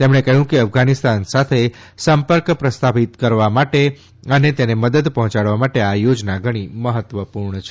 તેમણે કહ્યું કે અફધાનિસ્તાન સાથે સંપર્ક પ્રસ્થાપિત કરવા અને તેને મદદ પર્હોચાડવા માટે આ યોજના ઘણી મહત્વપૂર્ણ છે